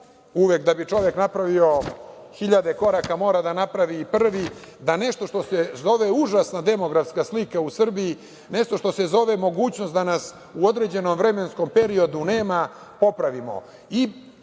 uvek da bi čovek napravio hiljade koraka mora da napravi prvi, da nešto što se zove užasna demografska slika u Srbiji, nešto što se zove mogućnost da nas u određenom vremenskom periodu nema popravimo.